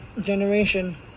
generation